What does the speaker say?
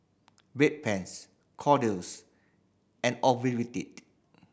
Bedpans Kordel's and Ocuvite